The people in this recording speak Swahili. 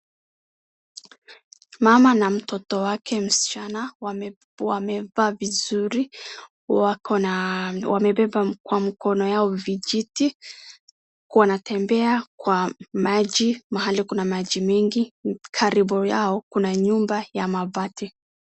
Mama na mtoto wake msichana wamevaa vizuri, wako na wamebeba kwa mikono yao vijiti . Wanatembea kwa maji mahali kuna maji mingi ,karibu yao kuna nyumba ya mabati